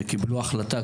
וקיבלו החלטה,